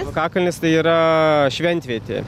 alkakalnis tai yra šventvietė